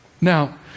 Now